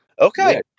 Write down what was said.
Okay